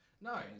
no